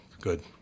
good